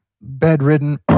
bedridden